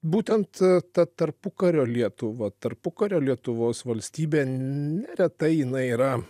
būtent ta tarpukario lietuva tarpukario lietuvos valstybė neretai jinai yra